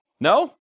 No